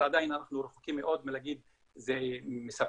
אבל עדיין אנחנו רחוקים מאוד מלהגיד שזה מספק,